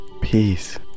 peace